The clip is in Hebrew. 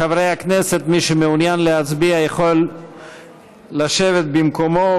חברי הכנסת, מי שמעוניין להצביע יכול לשבת במקומו.